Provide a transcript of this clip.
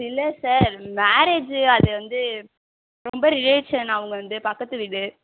இல்லை சார் மேரேஜி அது வந்து ரொம்ப ரிலேஷன் அவங்க வந்து பக்கத்து வீடு